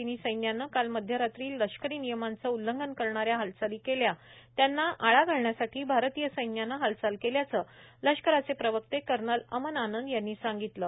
चिनी सैन्यानं काल मध्यरात्री लष्करी नियमांचं उल्लंघन करणाऱ्या हालचाली केल्या त्यांना आळा घालण्यासाठी भारतीय सैन्यानं हालचाल केल्याचं लष्कराचे प्रवक्ते कर्नल अमन आनंद यांनी सांगितलं आहे